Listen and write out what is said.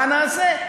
מה נעשה?